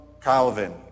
Calvin